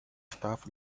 stuff